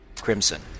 crimson